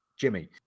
jimmy